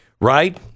right